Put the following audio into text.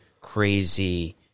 crazy